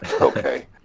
Okay